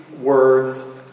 words